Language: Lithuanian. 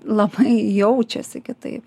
labai jaučiasi gi tai